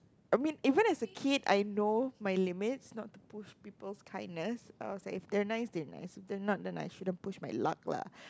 I mean even as a kid I know my limits not to push peoples' kindness I was like if they're nice they're nice if they're not then I shouldn't push my luck lah